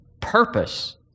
purpose